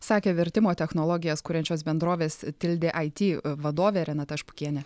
sakė vertimo technologijas kuriančios bendrovės tildė ai ty vadovė renata špukienė